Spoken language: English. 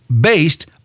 Based